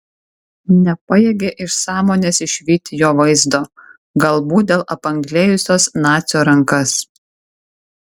nepajėgė iš sąmonės išvyti jo vaizdo galbūt dėl apanglėjusios nacio rankas